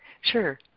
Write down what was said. Sure